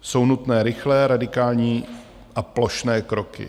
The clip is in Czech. Jsou nutné rychlé, radikální a plošné kroky.